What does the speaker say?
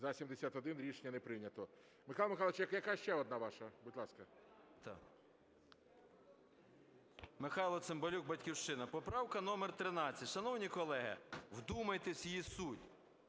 За-71 Рішення не прийнято. Михайло Михайлович, яка ще одна ваша? Будь ласка. 14:58:06 ЦИМБАЛЮК М.М. Михайло Цимбалюк, "Батьківщина". Поправка номер 13. Шановні колеги, вдумайтесь в її суть.